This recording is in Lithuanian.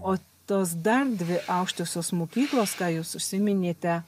o tos dar dvi aukštosios mokyklos ką jūs užsiminėte